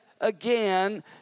again